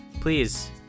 please